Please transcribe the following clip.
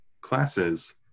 classes